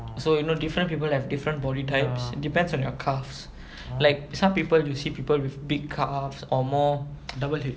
so you know different people have different body types it depends on your calves like some people you see people with big calves or more